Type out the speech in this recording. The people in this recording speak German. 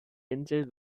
insel